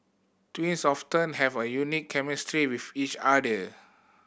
twins often have a unique chemistry with each other